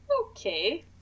Okay